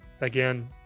again